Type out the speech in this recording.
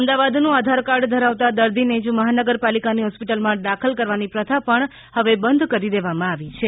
અમદાવાદનું આધાર કાર્ડ ધરાવતા દર્દીને જ મહાનગરપાલિકાની હોસ્પિટલમાં દાખલ કરવાની પ્રથા પણ હવે બંધ કરી દેવામાં આવી છે